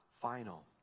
final